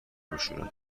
میشورن